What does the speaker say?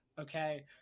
okay